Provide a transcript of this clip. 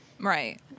Right